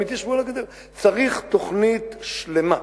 צריך תוכנית שלמה.